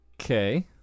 Okay